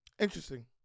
interesting